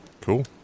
Cool